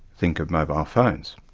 think of mobile phones.